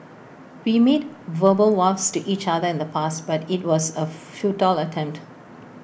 we made verbal vows to each other in the past but IT was A futile attempt